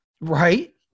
right